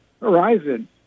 Horizon